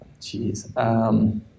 Jeez